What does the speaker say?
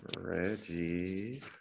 Reggie